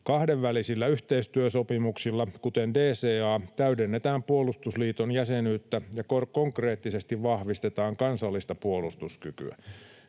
Kahdenvälisillä yhteistyösopimuksilla, kuten DCA:lla, täydennetään puolustusliiton jäsenyyttä ja konkreettisesti vahvistetaan kansallista puolustuskykyä.